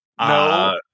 No